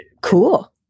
Cool